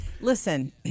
Listen